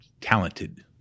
talented